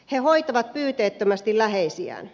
he hoitavat pyyteettömästi läheisiään